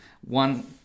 One